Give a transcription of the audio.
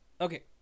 Okay